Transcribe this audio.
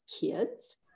kids